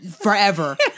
forever